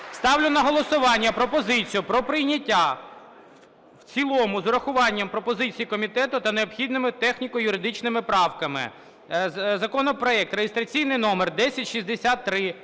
Ставлю на голосування пропозицію про прийняття в цілому з урахуванням пропозицій комітету та необхідними техніко-юридичними правками законопроект (реєстраційний номер 1063)